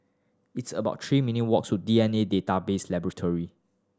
it's about three minute walk to D N A Database Laboratory